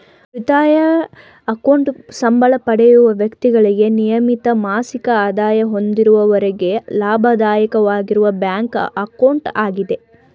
ಉಳಿತಾಯ ಅಕೌಂಟ್ ಸಂಬಳ ಪಡೆಯುವ ವ್ಯಕ್ತಿಗಳಿಗೆ ನಿಯಮಿತ ಮಾಸಿಕ ಆದಾಯ ಹೊಂದಿರುವವರಿಗೆ ಲಾಭದಾಯಕವಾಗಿರುವ ಬ್ಯಾಂಕ್ ಅಕೌಂಟ್ ಆಗಿದೆ